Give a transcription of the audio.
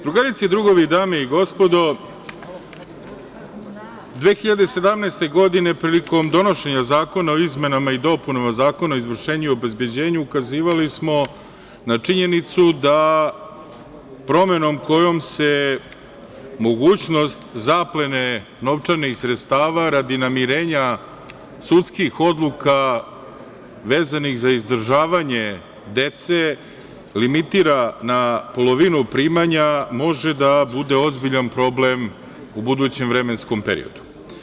Drugarice i drugovi, dame i gospodo, 2017. godine prilikom donošenja zakona o izmenama i dopunama Zakona o izvršenju i obezbeđenju ukazivali smo na činjenicu da promenom kojom se mogućnost zaplene novčanih sredstava radi namirenja sudskih odluka vezanih za izdržavanje dece limitira na polovinu primanja, može da bude ozbiljan problem u budućem vremenskom periodu.